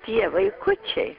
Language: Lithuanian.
tie vaikučiai